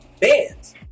bands